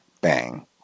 bang